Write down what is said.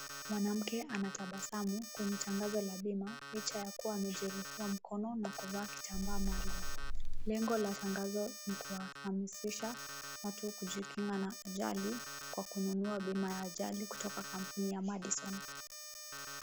Mwanamke anatabasamu kwenye tangazo la bima licha ya kuwa amejeruhiwa na kuvaa kitambaa maalum. Lengo la tangazo ni kuhamasisha mazingira ya mtu kujikinga na ajali kwa kununua bima ajali kutoka kampuni ya madison .